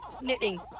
Knitting